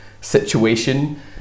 situation